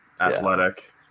athletic